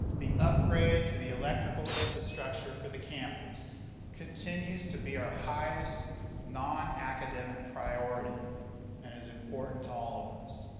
the upgrade to the electrical infrastructure for the campus continues to be our highest non-academic priority and is important to all of us.